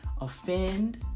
offend